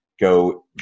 go